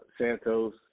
Santos